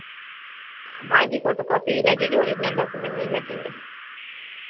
हाँ जी फ़ोटोकॉपी ही लगेगी ऑरिज़नल डॉक्युमेंट नहीं लगेंगे